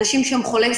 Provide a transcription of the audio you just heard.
אנשים שהם חולי